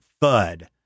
thud